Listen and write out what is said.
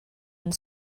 and